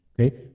okay